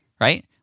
right